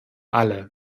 alle